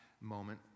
moment